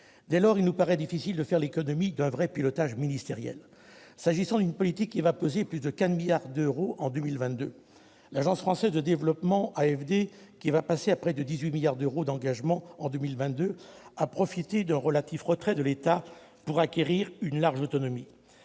Dès lors, il nous paraît difficile de faire l'économie d'un vrai pilotage ministériel, s'agissant d'une politique qui va peser plus de 15 milliards d'euros en 2022. L'Agence française de développement, qui va passer à près de 18 milliards d'euros d'engagements en 2022, a profité du retrait relatif de l'État pour acquérir une large autonomie.